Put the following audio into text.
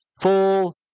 full